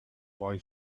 boy